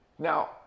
Now